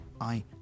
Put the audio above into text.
I